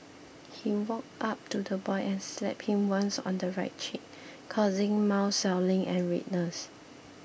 he walked up to the boy and slapped him once on the right cheek causing mild swelling and redness